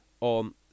on